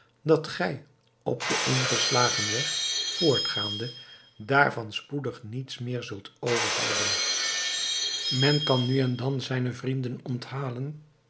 dat gij op den ingeslagen weg voortgaande daarvan spoedig niets meer zult overhouden men kan nu en dan zijne vrienden onthalen